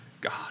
God